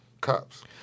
cops